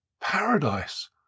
paradise